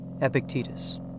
Epictetus